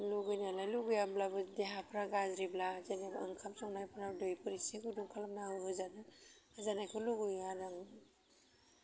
लुगैनायालाय लुगैया होमब्लाबो देहाफ्रा गाज्रिब्ला जेनबा ओंखाम संनायफ्राव दैफोर इसे गुदुं खालामना होजानो होजानायखौ लुबैयो आरो आं